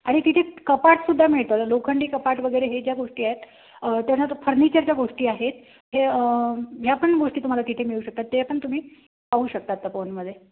आणि तिथे कपाटसुद्धा मिळतं लोखंडी कपाट वगैरे हे ज्या गोष्टी आहेत त्यांनंतर ज्या फर्निचरच्या गोष्टी आहेत हे ह्या पण गोष्टी तुम्हाला तिथे मिळू शकतात ते पण तुम्ही पाहू शकतात त्या फोनमध्ये